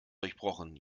durchbrochen